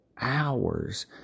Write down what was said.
hours